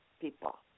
people